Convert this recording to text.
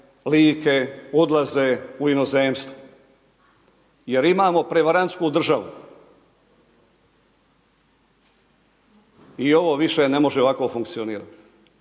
odlaze u inozemstvo jer imamo prevarantsku državu. I ovo više ne može ovako funkcionirat,